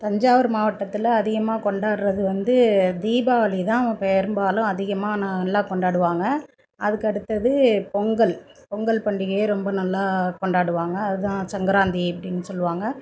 தஞ்சாவூர் மாவட்டத்தில் அதிகமா கொண்டாடுறது வந்து தீபாவளிதான் பெரும்பாலும் அதிகமாக நல்லா கொண்டாடுவாங்க அதுக்கு அடுத்தது பொங்கல் பொங்கல் பண்டிகையை ரொம்ப நல்லா கொண்டாடுவாங்க அதுதான் சங்கராந்தி அப்டின்னு சொல்லுவாங்க